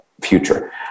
future